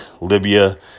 Libya